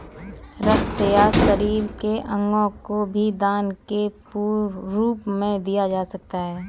रक्त या शरीर के अंगों को भी दान के रूप में दिया जा सकता है